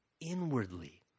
inwardly